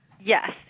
Yes